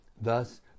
Thus